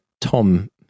tom